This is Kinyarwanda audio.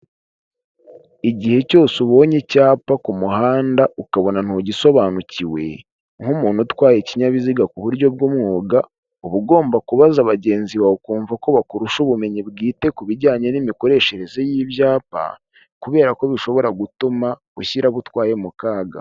Igihe cyose ubonye icyapa ku muhanda ukabona ntugisobanukiwe, nk'umuntu utwaye ikinyabiziga ku buryo bw'umwuga, uba ugomba kubaza bagenzi bawe ukumva ko bakurusha ubumenyi bwite ku bijyanye n'imikoreshereze y'ibyapa, kubera ko bishobora gutuma ushyira abo utwaye mu kaga.